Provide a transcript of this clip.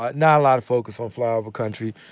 but not a lot of focus on flyover country.